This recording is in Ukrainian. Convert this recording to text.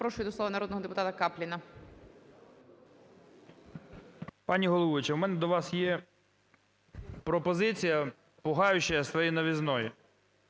Запрошую до слова народного депутата Капліна.